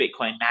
Bitcoin